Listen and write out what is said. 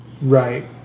Right